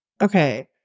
Okay